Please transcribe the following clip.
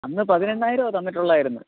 അന്ന് പതിനെണ്ണായിരമേ തന്നിട്ടുള്ളായിരുന്നു